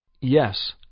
Yes